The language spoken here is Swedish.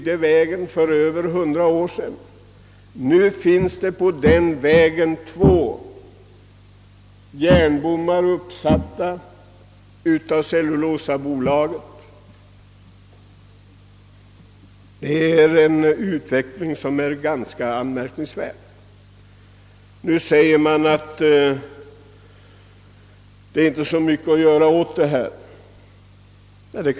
Den nuvarande vägen byggdes för över 100 år sedan. Det sägs nu att det inte är så mycket att göra åt dessa förhållanden.